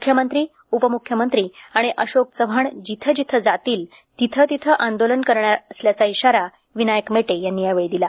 मुख्यमंत्री उपमुख्यमंत्री आणि अशोक चव्हाण जिथे जिथे जातील तिथे तिथे आंदोलन करणार असल्याचा इशारा विनायक मेटे यांनी यावेळी दिला